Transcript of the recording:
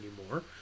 anymore